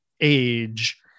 age